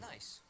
Nice